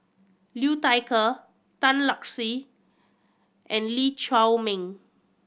Liu Thai Ker Tan Lark Sye and Lee Chiaw Meng